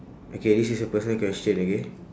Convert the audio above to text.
okay this is a personal question okay